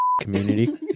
community